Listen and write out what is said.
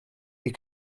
you